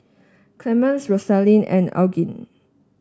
Clemens Rosaline and Elgin